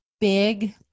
big